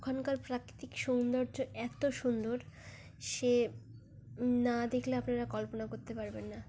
ওখানকার প্রাকৃতিক সৌন্দর্য এত সুন্দর সে না দেখলে আপনারা কল্পনা করতে পারবেন না